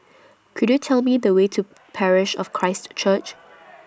Could YOU Tell Me The Way to Parish of Christ Church